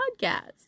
podcast